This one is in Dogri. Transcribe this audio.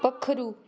पक्खरू